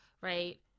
right